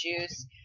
juice